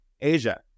Asia